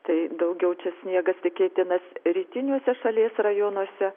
tai daugiau čia sniegas tikėtinas rytiniuose šalies rajonuose